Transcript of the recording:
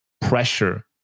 pressure